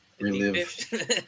relive